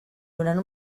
durant